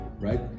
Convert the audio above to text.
right